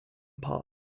part